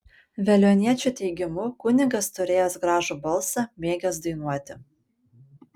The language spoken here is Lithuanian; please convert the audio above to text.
veliuoniečių teigimu kunigas turėjęs gražų balsą mėgęs dainuoti